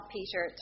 Peter